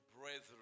brethren